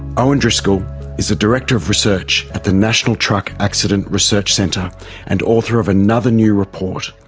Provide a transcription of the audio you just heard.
owen driscoll is a director of research at the national truck accident research centre and author of another new report.